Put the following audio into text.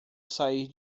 sair